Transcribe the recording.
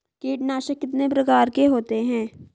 कीटनाशक कितने प्रकार के होते हैं?